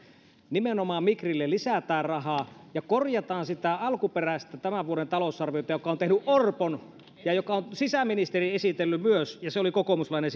nimenomaan migrille lisätään rahaa ja korjataan sitä alkuperäistä tämän vuoden talousarviota joka on tehty orpon aikana ja jonka on myös sisäministeri esitellyt ja se oli kokoomuslainen